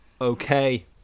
Okay